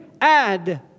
add